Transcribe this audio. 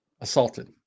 assaulted